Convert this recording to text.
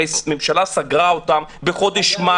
הרי הממשלה סגרה אותם בחודש מאי.